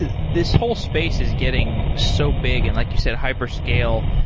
ah this whole space is getting so big, and like you said, hyper scale.